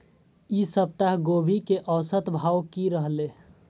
ई सप्ताह गोभी के औसत भाव की रहले?